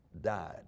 died